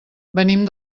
venim